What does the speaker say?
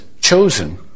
chosen